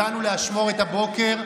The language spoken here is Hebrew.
הגענו לאשמורת הבוקר,